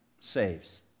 saves